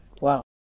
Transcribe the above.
Wow